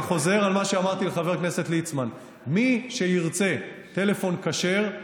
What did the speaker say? אני חוזר על מה שאמרתי לחבר הכנסת ליצמן: מי שירצה טלפון כשר,